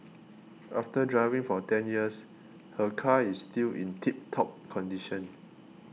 after driving for ten years her car is still in tip top condition